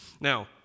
Now